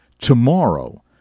tomorrow